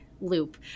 loop